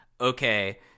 okay